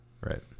Right